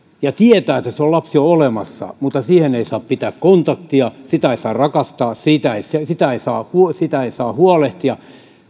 ja tietää että se lapsi on olemassa mutta siihen ei saa pitää kontaktia sitä ei saa rakastaa siitä ei saa huolehtia